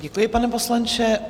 Děkuji, pane poslanče.